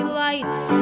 lights